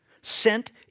sent